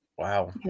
Wow